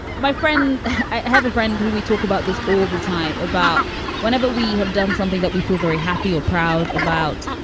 my friend i have a friend who we talk about this all the time, about whenever we have done something that we feel very happy or proud about.